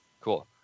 Cool